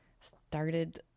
started